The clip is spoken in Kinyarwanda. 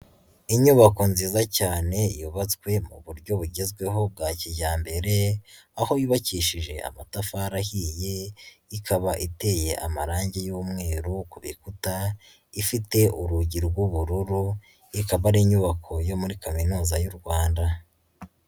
Inyubako nziza cyane yubatswe mu buryo bugezweho bwa kijyambere, aho yubakishije amatafari ahiye, ikaba iteye amarangi y'umweru ku bikuta, ifite urugi rw'ubururu, ikaba ari inyubako yo muri Kaminuza y'u Rwanda.